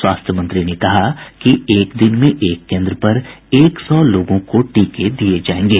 स्वास्थ्य मंत्री ने कहा कि एक दिन में एक केन्द्र पर एक सौ लोगों को टीके दिये जायेंगे